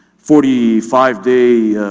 forty five day